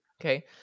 okay